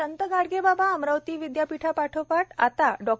संत गाडगेबाबा अमरावती विदयापीठापाठो पाठ आता डॉ